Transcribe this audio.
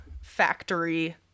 factory